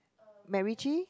MacRitchie